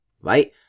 right